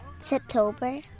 September